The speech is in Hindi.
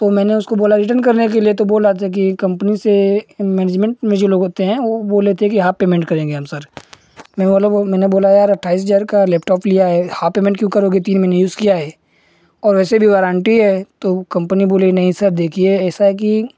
तो मैंने उसको बोला कि रिटर्न करने के लिए तो बोला कि कम्पनी से मैनेजमेन्ट में जो लोग होते हैं वह बोल रहे थे कि हाफ़ पेमेन्ट करेंगे हम सर मैं वह बोला मैंने बोला यार अट्ठाइस हज़ार का लैपटॉप लिया है हाफ़ पेमेन्ट क्यों करोगे तीन महीने यूज़ किया है वैसे भी वारण्टी है तो कम्पनी बोली नहीं सर देखिए ऐसा है कि